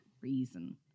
reason